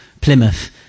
Plymouth